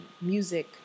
music